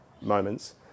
moments